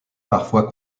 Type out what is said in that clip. parfois